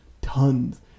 tons